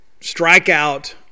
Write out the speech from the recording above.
strikeout